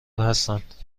هستند